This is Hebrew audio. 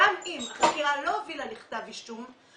גם אם החקירה לא הובילה לכתב אישום,